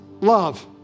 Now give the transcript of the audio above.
love